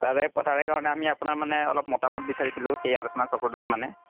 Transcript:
তাৰে তাৰে কাৰণে আমি আপোনাৰ মানে অলপ মতামত বিচাৰিছিলোঁ সেই আলোচনা চক্ৰটোত মানে